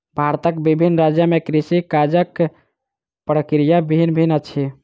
भारतक विभिन्न राज्य में कृषि काजक प्रक्रिया भिन्न भिन्न अछि